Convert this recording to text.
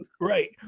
right